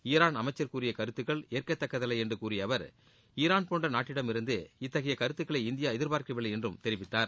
Iran அமைச்சர் கூறிய கருத்துக்கள் ஏற்கத்தக்கதல்ல என்று கூறிய அவர் ஈரான் போன்ற நாட்டிடமிருந்து இத்தகைய கருத்துக்களை இந்தியா எதிர்பார்க்கவில்லை என்றும் தெரிவித்தார்